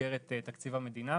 במסגרת תקציב המדינה,